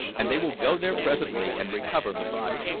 and they will go there presently and recover the body.